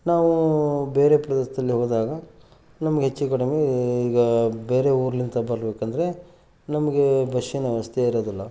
ನಾವು ಬೇರೆ ಪ್ರದೇಶದಲ್ಲಿ ಹೋದಾಗ ನಮ್ಗೆ ಹೆಚ್ಚು ಕಡಿಮೆ ಈಗ ಬೇರೆ ಊರಿಂದ ಬರಬೇಕಂದ್ರೆ ನಮಗೆ ಬಸ್ಸಿನ ವ್ಯವಸ್ಥೆ ಇರೋದಿಲ್ಲ